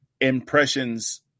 impressions